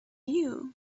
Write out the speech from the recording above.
you